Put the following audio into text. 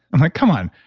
i'm like, come on,